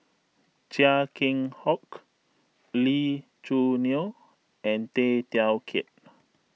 Chia Keng Hock Lee Choo Neo and Tay Teow Kiat